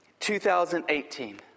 2018